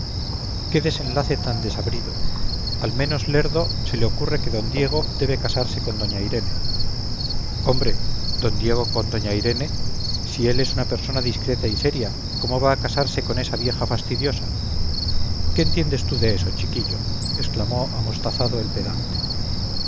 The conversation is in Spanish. qué desenlace tan desabrido al menos lerdo se le ocurre que d diego debe casarse con doña irene hombre d diego con doña irene si él es una persona discreta y seria cómo va a casarse con esa vieja fastidiosa qué entiendes tú de eso chiquillo exclamó amostazado el pedante